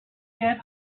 dead